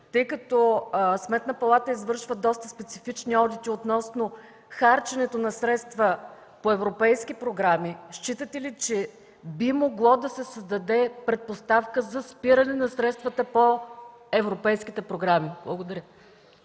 тъй като Сметната палата извършва доста специфични одити относно харченето на средства по европейски програми, считате ли, че би могло да се създаде предпоставка за спиране на средствата по европейските програми? Благодаря.